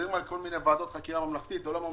מדברים על כל מיני ועדות חקירה ממלכתיות או לא ממלכתיות.